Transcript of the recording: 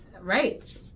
right